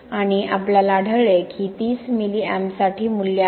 आणि आपल्याला आढळले की ही 30 मिली एम्पस साठी मूल्ये आहेत